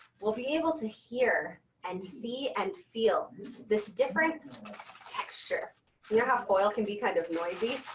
we'll be able to hear and see and feel this different texture. you know how foil can be kind of noisy?